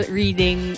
reading